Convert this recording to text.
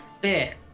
beer